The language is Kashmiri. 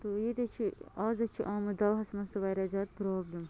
تہٕ ییٚتہِ حظ چھِ آز حظ چھِ آمٕژ دَواہَس منٛز تہِ واریاہ زیادٕ پرٛابلِم